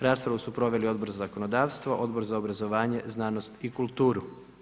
Raspravu su proveli Odbor za zakonodavstvo, Odbor za obrazovanje znanost i kulturu.